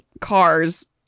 cars